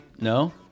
No